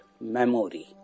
memory।